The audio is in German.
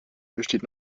besteht